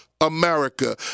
America